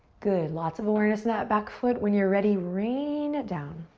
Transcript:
good, lots of awareness in that back foot. when you're ready, rain it down.